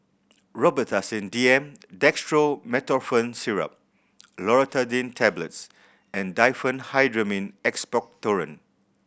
Robitussin D M Dextromethorphan Syrup Loratadine Tablets and Diphenhydramine Expectorant